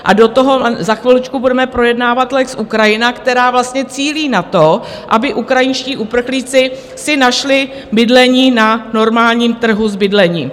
A do toho za chviličku budeme projednávat lex Ukrajina, která vlastně cílí na to, aby ukrajinští uprchlíci si našli bydlení na normálním trhu s bydlením.